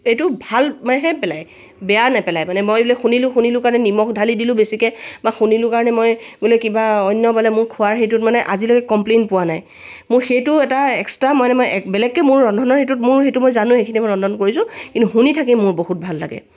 এইটো ভালহে পেলাই বেয়া নেপেলাই মানে মই এইবিলাক শুনিলোঁ শুনিলোঁ কাৰণে নিমখ ঢালি দিলোঁ বেছিকৈ বা শুনিলোঁ কাৰণে মই বোলে কিবা অন্য বোলে মোৰ খোৱাৰ হেৰিটোত মানে আজিলৈকে কমপ্লেইন পোৱা নাই মোৰ সেইটো এটা এক্সট্ৰা মানে মই বেলেগকৈ মোৰ ৰন্ধনৰ হেৰিটোত মোৰ সেইটো মই জানোঁ সেইখিনি মই ৰন্ধন কৰিছোঁ কিন্তু শুনি থাকি মোৰ বহুত ভাল লাগে